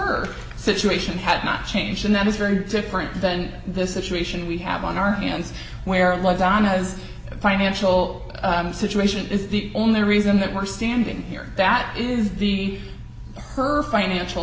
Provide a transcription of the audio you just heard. her situation had not changed and that is very different than this situation we have on our hands where lozano has a financial situation is the only reason that we're standing here that is the her financial